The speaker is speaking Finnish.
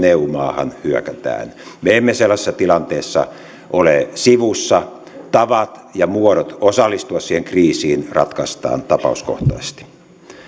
eu maahan hyökätään me emme sellaisessa tilanteessa ole sivussa tavat ja muodot osallistua siihen kriisiin ratkaistaan tapauskohtaisesti